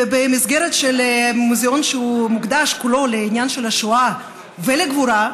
במסגרת של מוזיאון שמוקדש כולו לעניין של השואה והגבורה,